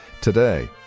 today